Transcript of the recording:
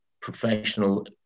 professional